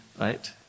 Right